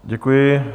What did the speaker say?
Děkuji.